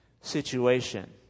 situation